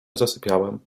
zasypiałem